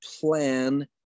plan